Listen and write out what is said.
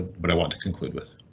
but i want to conclude with.